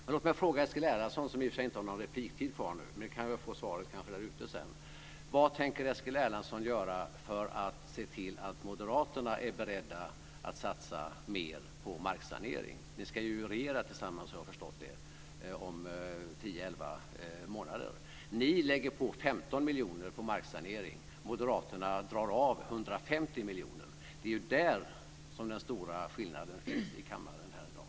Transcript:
Men låt mig ställa en fråga till Eskil Erlandsson, som i och för sig inte har rätt till någon ytterligare replik. Men jag kan kanske få svaret senare. Vad tänker Eskil Erlandsson göra för att se till att moderaterna är beredda att satsa mer på marksanering? Om jag har förstått rätt ska ni ju regera tillsammans om elva månader. Ni vill lägga 15 miljoner på marksanering, moderaterna drar av 150 miljoner. Det är ju där som den stora skillnaden finns här i kammaren i dag.